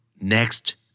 next